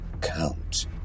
Count